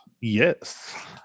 Yes